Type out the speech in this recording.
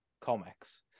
comics